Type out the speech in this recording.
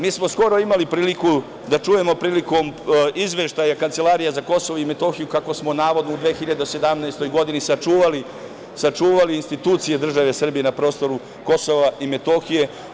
Mi smo skoro imali priliku da čujemo prilikom izveštaja Kancelarije za Kosovo i Metohiju kako smo navodno u 2017. godini sačuvali institucije države Srbije na prostoru Kosova i Metohije.